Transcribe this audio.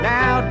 Now